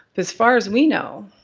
as far as we know,